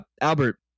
Albert